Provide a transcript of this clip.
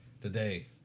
today